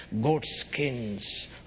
goatskins